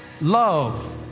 love